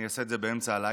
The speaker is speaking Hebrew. אני אעשה את זה באמצע הלילה.